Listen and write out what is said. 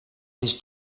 his